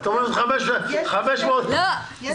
זה